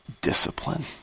discipline